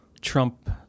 Trump